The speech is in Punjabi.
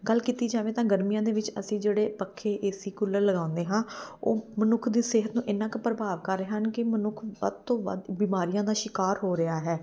ਗੱਲ ਕੀਤੀ ਜਾਵੇ ਤਾਂ ਗਰਮੀਆਂ ਦੇ ਵਿੱਚ ਅਸੀਂ ਜਿਹੜੇ ਪੱਖੇ ਏ ਸੀ ਕੂਲਰ ਲਗਾਉਂਦੇ ਹਾਂ ਉਹ ਮਨੁੱਖ ਦੀ ਸਿਹਤ ਨੂੰ ਇੰਨਾ ਕੁ ਪ੍ਰਭਾਵ ਕਰ ਰਹੇ ਹਨ ਕਿ ਮਨੁੱਖ ਵੱਧ ਤੋਂ ਵੱਧ ਬਿਮਾਰੀਆਂ ਦਾ ਸ਼ਿਕਾਰ ਹੋ ਰਿਹਾ ਹੈ